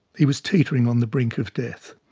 he was teetering on the brink of death.